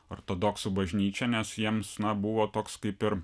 ortodoksų bažnyčią nes jiems na buvo toks kaip ir